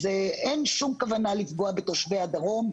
אין שום כוונה לפגוע בתושבי הדרום,